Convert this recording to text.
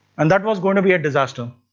and that was going to be a disaster.